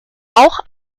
auch